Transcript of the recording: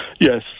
Yes